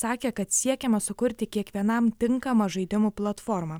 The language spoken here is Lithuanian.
sakė kad siekiama sukurti kiekvienam tinkamą žaidimų platformą